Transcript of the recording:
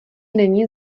není